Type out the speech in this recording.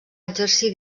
exercir